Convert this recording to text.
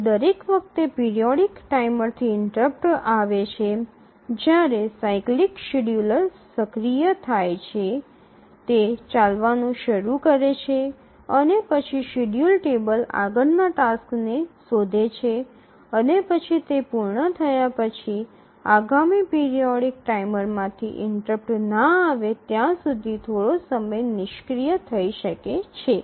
અને દરેક વખતે પિરિયોડિક ટાઈમરથી ઇન્ટરપ્ટ આવે છે ત્યારે સાયક્લિક શેડ્યૂલર સક્રિય થાય છે તે ચાલવાનું શરૂ કરે છે અને પછી શેડ્યૂલ ટેબલ આગળના ટાસ્કને શોધે છે અને પછી તે પૂર્ણ થયા પછી આગામી પિરિયોડિક ટાઈમર માંથી ઇન્ટરપ્ટ ના આવે ત્યાં સુધી થોડો સમય નિષ્ક્રિય થઈ શકે છે